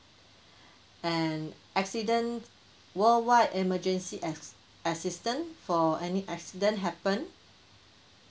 and accident worldwide emergency as~ assistant for any accident happen